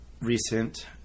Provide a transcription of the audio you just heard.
Recent